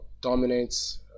dominates